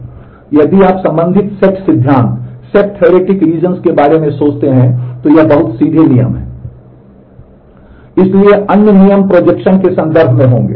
यदि आप संबंधित सेट सिद्धांत के बारे में सोचते हैं तो ये बहुत सीधे नियम हैं